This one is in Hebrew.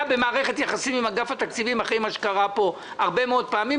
במערכת יחסים עם אגף התקציבים אחרי מה שקרה פה הרבה מאוד פעמים,